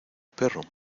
perro